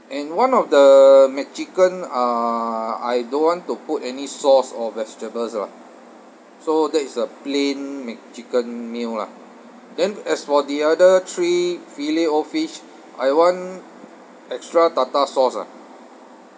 and one of the mcchicken uh I don't want to put any sauce or vegetables lah so that is the plain mcchicken meal lah then as for the other three fillet O fish I want extra tartar sauce ah